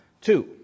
Two